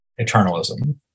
eternalism